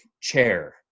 chair